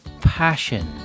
passion